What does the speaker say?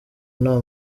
nta